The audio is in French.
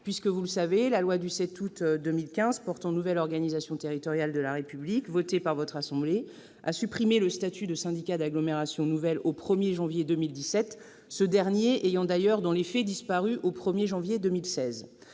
puisque, vous le savez, la loi du 7 août 2015 portant nouvelle organisation territoriale de la République, dite loi NOTRe, votée par votre assemblée, a supprimé le statut de syndicat d'agglomération nouvelle au 1 janvier 2017, ce dernier ayant d'ailleurs disparu dans les faits au 1 janvier 2016.